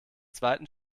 zweiten